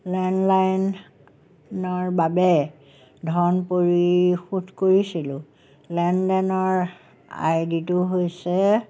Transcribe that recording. লেণ্ডলাইনৰ বাবে ধন পৰিশোধ কৰিছিলোঁ লেনদেনৰ আই ডিটো হৈছে